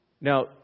Now